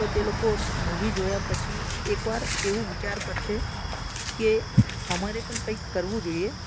તો તે લોકો મુવી જોયા પછી એક વાર એવું વિચાર કરશે કે અમારે પણ કંઈક કરવું જોઈએ